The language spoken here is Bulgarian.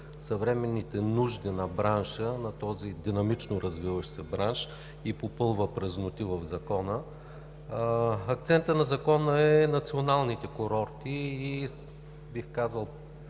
съвременните нужди на бранша, на този динамично развиващ се бранш и попълва празноти в Закона. Акцентът на Закона са националните курорти, и бих казал,